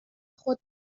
خود